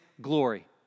glory